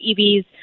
EVs